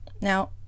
Now